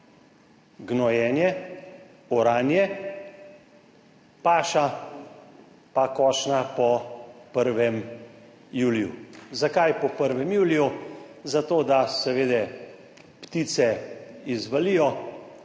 gnojenje, oranje, paša in košnja po 1. juliju. Zakaj po 1. juliju? Zato, da seveda ptice izvalijo,